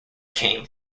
came